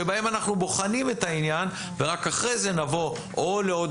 שבהם אנחנו בוחנים את העניין ורק אחרי זה נבוא או לעוד